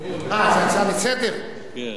זו הצעה לסדר-היום.